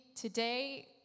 today